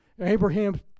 Abraham